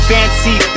Fancy